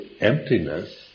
emptiness